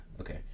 okay